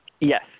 yes